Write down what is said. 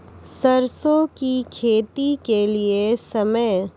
सरसों की खेती के लिए समय?